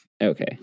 Okay